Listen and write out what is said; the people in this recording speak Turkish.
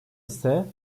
ise